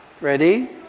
Ready